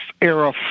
era